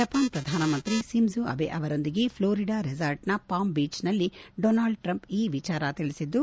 Japan ಪ್ರಧಾನಮಂತ್ರಿ Shinzo Abe ಅವರೊಂದಿಗೆ Florida ರೆಸಾರ್ಟ್ನ ಪಾಮ್ ಬೀಚ್ನಲ್ಲಿ ಡೊನಾಲ್ಡ್ ಟ್ರಂಪ್ ಈ ವಿಚಾರ ತಿಳಿಸಿದ್ದು